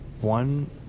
one